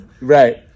Right